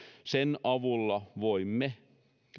sen avulla voimme